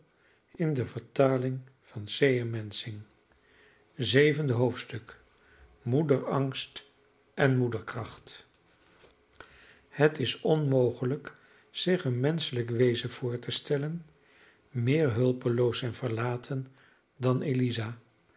zevende hoofdstuk moederangst en moederkracht het is onmogelijk zich een menschelijk wezen voor te stellen meer hulpeloos en verlaten dan eliza